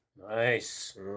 Nice